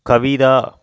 Kavitha